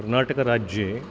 कर्णाटकराज्ये